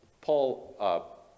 Paul